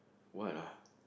what ah